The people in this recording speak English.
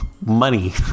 Money